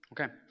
Okay